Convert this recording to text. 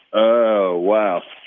oh, wow